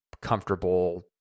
comfortable